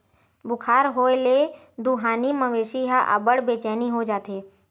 बुखार होए ले दुहानी मवेशी ह अब्बड़ बेचैन हो जाथे